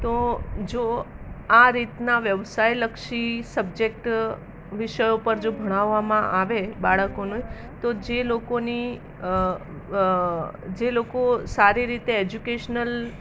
તો જો આ રીતના વ્યવસાયલક્ષી સબ્જેક્ટ વિષયો પર જો ભણાવવામાં આવે બાળકોને તો જે લોકોની જે લોકો સારી રીતે એજ્યુકેશનલ